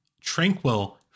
tranquil